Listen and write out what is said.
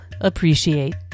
appreciate